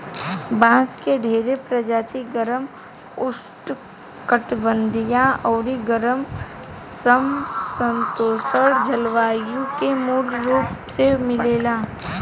बांस के ढेरे प्रजाति गरम, उष्णकटिबंधीय अउरी गरम सम शीतोष्ण जलवायु में मूल रूप से मिलेला